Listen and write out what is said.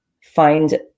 find